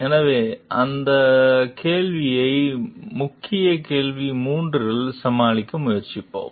எனவே அந்த கேள்வியை முக்கிய கேள்வி 3 இல் சமாளிக்க முயற்சிப்போம்